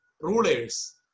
rulers